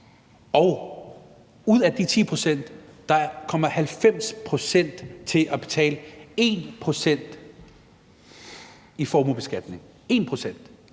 og ud af de 10 pct. kommer 90 pct. til at betale 1 pct. i formuebeskatning – 1 pct.